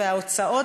וההוצאות,